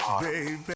baby